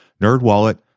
NerdWallet